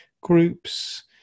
groups